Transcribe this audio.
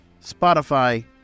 Spotify